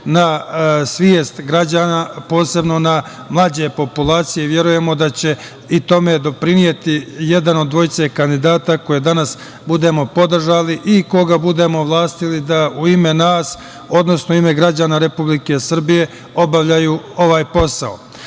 na svest građana, posebno na manje populacije. Verujemo da će i tome doprineti jedan od dvojice kandidata koga danas budemo podržali i koga budemo ovlastili da u ime nas, odnosno u ime građana Republike Srbije obavlja ovaj posao. Nismo